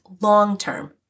long-term